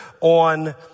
on